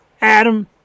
Adam